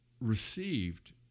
received